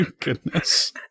Goodness